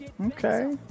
okay